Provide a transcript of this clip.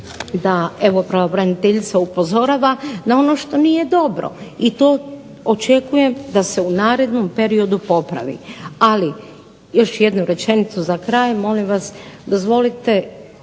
da pravobraniteljica upozorava na ono što nije dobro i to očekujem da se u narednom periodu popravi. Ali još jednu rečenicu za kraj, molim vas dozvolite,